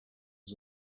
was